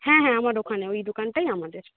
হ্যাঁ হ্যাঁ আমার ওখানে ওই দোকানটাই আমাদের